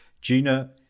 GINA